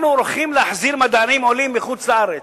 אנחנו הולכים להחזיר מדענים, עולים, מחוץ-לארץ,